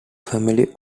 family